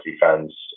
fans